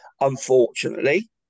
unfortunately